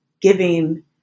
giving